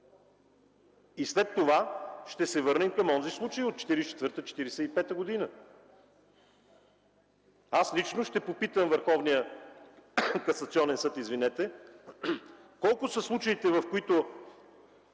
и след това ще се върнем към онзи случай от 1944-1945 г. Аз лично ще попитам Върховния касационен съд колко са случаите, в които